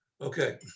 Okay